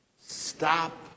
Stop